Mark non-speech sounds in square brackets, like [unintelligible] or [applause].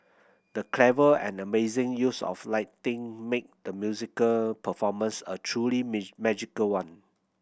the clever and amazing use of lighting made the musical performance a truly [unintelligible] magical one